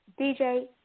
DJ